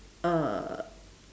uh